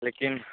लेकिन